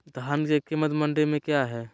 धान के कीमत मंडी में क्या है?